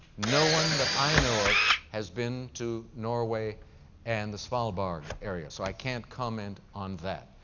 no one that i know of has been to norway and the svalbarg area, so i can't comment on that.